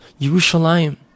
Yerushalayim